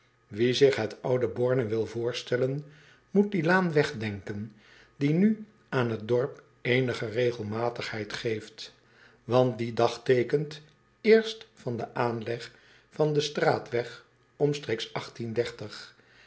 ie zich het oude orne wil voorstellen moet die laan wegdenken die nu aan het dorp eenige regelmatigheid geeft want die dagteekent eerst van den aanleg van den straatweg omstreeks